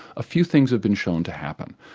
a few things have been shown to happen.